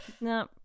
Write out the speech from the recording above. No